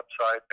website